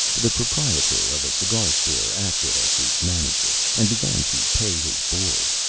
the proprietor of a cigar store acted as his manager, and began to pay his board.